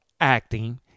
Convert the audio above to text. acting